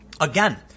again